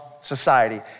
society